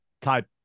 type